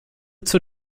zur